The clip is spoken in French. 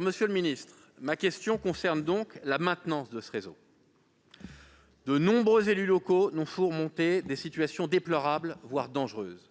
Monsieur le ministre, ma question concerne donc la maintenance de ce réseau. De nombreux élus locaux nous font part de situations déplorables, voire dangereuses,